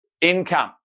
income